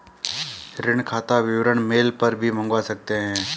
ऋण खाता विवरण मेल पर भी मंगवा सकते है